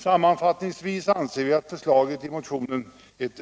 Sammanfattningsvis anser vi att förslaget i motionen